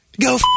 Go